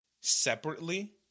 separately